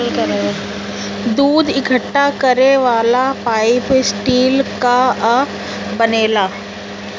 दूध इकट्ठा करे वाला पाइप स्टील कअ बनेला